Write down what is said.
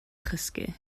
chysgu